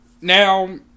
Now